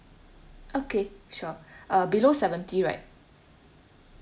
okay sure uh below seventy right